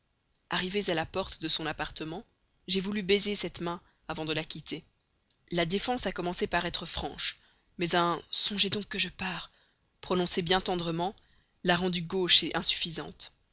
arrivés à la porte de son appartement j'ai voulu baiser cette main avant de la quitter la défense a commencé par être franche mais un songez donc que je pars prononcé bien tendrement l'a rendue gauche insuffisante